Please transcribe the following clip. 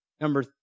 number